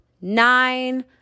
nine